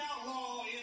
outlaw